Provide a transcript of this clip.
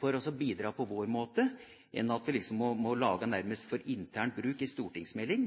for å bidra på vår måte, enn at det må lages en stortingsmelding nærmest for internt bruk.